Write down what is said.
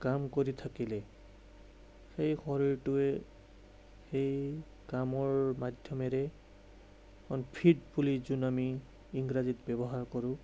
কাম কৰি থাকিলে সেই শৰীৰটোৱে সেই কামৰ মাধ্যমেৰে ফিট বুলি যোন আমি ইংৰাজীত ব্যৱহাৰ কৰোঁ